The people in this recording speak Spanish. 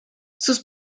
sus